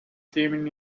seen